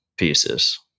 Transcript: pieces